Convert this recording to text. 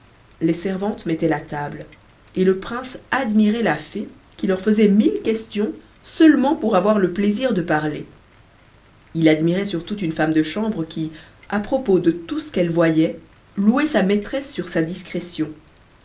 les servantes mettaient la table et le prince admirait la fée qui leur faisait mille questions seulement pour avoir le plaisir de parler il admirait surtout une femme de chambre qui à propos de tout ce qu'elle voyait louait sa maîtresse sur sa discrétion